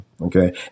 okay